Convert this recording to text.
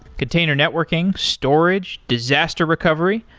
container networking, storage, disaster recovery,